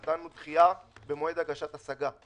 נתנו דחייה במועד הגשת השגה.